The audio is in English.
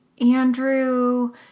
Andrew